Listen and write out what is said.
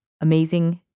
amazing